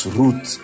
root